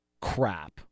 crap